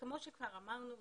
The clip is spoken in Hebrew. כמו שכבר אמרנו,